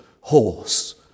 horse